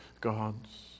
God's